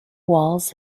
walls